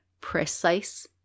precise